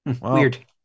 Weird